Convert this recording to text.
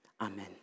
Amen